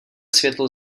světlo